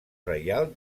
reial